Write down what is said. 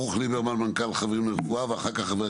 ברוך ליברמן, מנכ"ל ארגון "חברים לרפואה", בבקשה.